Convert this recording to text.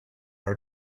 are